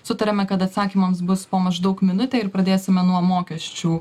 sutariame kad atsakymams bus po maždaug minutę ir pradėsime nuo mokesčių